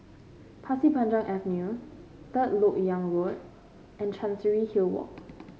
Pasir Panjang Avenue Third LoK Yang Road and Chancery Hill Walk